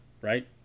right